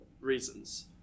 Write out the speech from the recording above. reasons